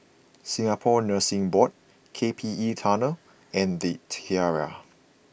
Singapore Nursing Board K P E Tunnel and The Tiara